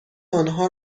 آنها